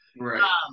Right